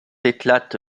éclate